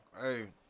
Hey